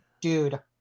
dude